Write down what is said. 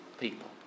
people